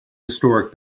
historic